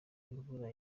imvura